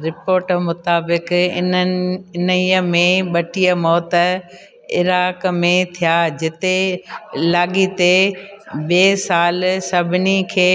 report मुताबिक़ इन्हनि इन्हईअ में ॿटीह मौत इराक में थिया जिते लाॻीते ॿिए साल सभिनी खे